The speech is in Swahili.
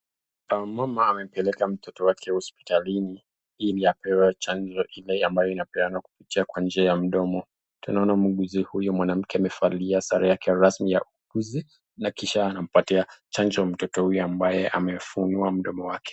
Mama amempeleka mtoto wake hospitalini ili apewe chanjo ile ambayo inapeanwa kupitia kwa njia ya mdomo. Tunaona mguuzi huyu mwanamke amevalia sare yake rasmi ya uuguzi na kisha anampatia chanjo mtoto huyu ambaye amefunua mdomo wake.